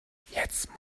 jetzt